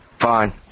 fine